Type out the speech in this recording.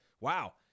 Wow